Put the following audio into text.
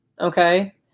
Okay